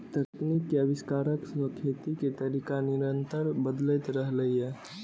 तकनीक के आविष्कार सं खेती के तरीका निरंतर बदलैत रहलैए